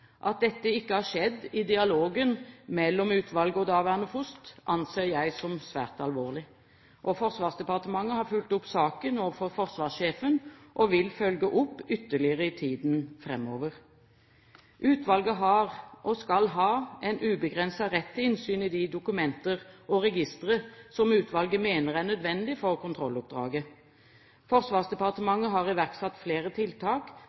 At dette ikke har skjedd i dialogen mellom utvalget og daværende FOST, anser jeg som svært alvorlig. Forsvarsdepartementet har fulgt opp saken overfor forsvarssjefen og vil følge opp ytterligere i tiden framover. Utvalget har, og skal ha, en ubegrenset rett til innsyn i de dokumenter og registre som utvalget mener er nødvendig for kontrolloppdraget. Forsvarsdepartementet har iverksatt flere tiltak,